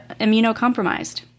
immunocompromised